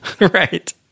Right